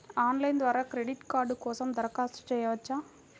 Online ద్వారా credit card కోసం దరఖాస్తు చేయవచ్చా?